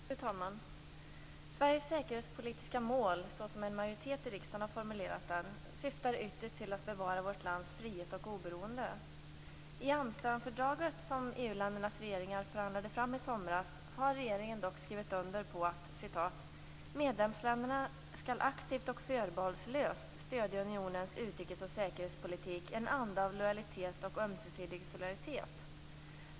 Fru talman! Sveriges säkerhetspolitiska mål, så som en majoritet i riksdagen har formulerat det, syftar ytterst till att bevara vårt lands frihet och oberoende. I Amsterdamfördraget, som EU-ländernas regeringar förhandlade fram i somras, har regeringen skrivit under följande: "Medlemsländerna skall aktivt och förbehållslöst stödja unionens utrikes och säkerhetspolitik i en anda av lojalitet och ömsesidig solidaritet.